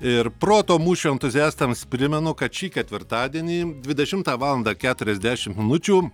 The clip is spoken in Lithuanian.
ir proto mūšio entuziastams primenu kad šį ketvirtadienį dvidešimtą valandą keturiasdešim minučių